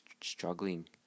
struggling